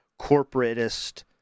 corporatist